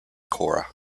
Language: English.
cora